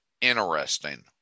interesting